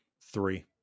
three